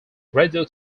radio